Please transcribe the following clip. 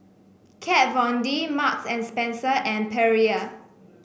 Kat Von D Marks and Spencer and Perrier